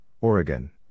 Oregon